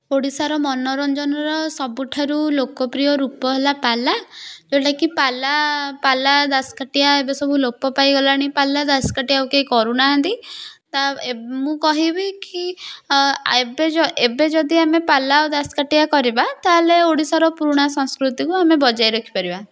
ଓଡିଶାର ମନୋରଞ୍ଜନର ସବୁଠାରୁ ଲୋକପ୍ରିୟ ରୂପ ହେଲା ପାଲା ଯେଉଁଟାକି ପାଲା ପାଲା ଦାସକାଠିଆ ଏବେ ସବୁ ଲୋପ ପାଇଗଲାଣି ପାଲା ଦାସକାଠିଆ ଆଉ କେହି କରୁନାହାନ୍ତି ମୁଁ କହିବି କି ଏବେ ଯେଉଁ ଏବେ ଯଦି ଆମେ ପାଲା ଆଉ ଦାସକାଠିଆ କରିବା ତା'ହେଲେ ଓଡ଼ିଶା ପୁରୁଣା ସଂସ୍କୃତିକୁ ଆମେ ବଜାୟ ରଖି ପାରିବା